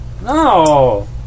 No